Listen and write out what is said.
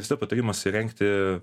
visada patarimas įrengti